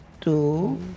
Two